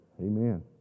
Amen